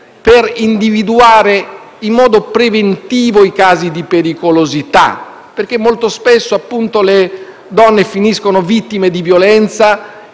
per individuare in modo preventivo i casi di pericolosità. Molto spesso, infatti, le donne sono vittime di violenza